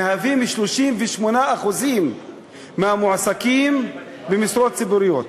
הם מהווים 38% מהמועסקים במשרות ציבוריות,